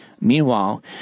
Meanwhile